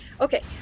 okay